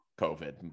COVID